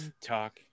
Talk